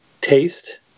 taste